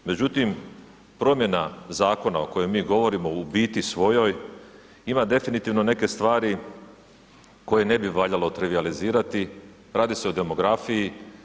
Međutim, promjena zakona o kojem mi govorimo u biti svojoj ima definitivno neke stvari koje ne bi valjalo trivijalizirati, radi se o demografiji.